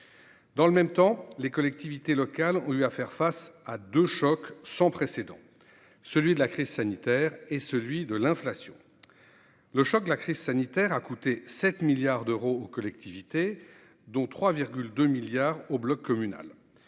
dans le même temps, les collectivités locales ont eu à faire face à de choc sans précédent, celui de la crise sanitaire et celui de l'inflation, le choc de la crise sanitaire a coûté 7 milliards d'euros aux collectivités, dont 3 2 milliards au bloc communal